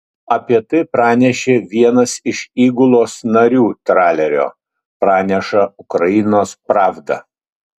apie tai pranešė vienas iš įgulos narių tralerio praneša ukrainos pravda